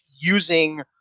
using